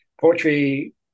Poetry